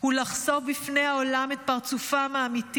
הוא לחשוף בפני העולם את פרצופם האמיתי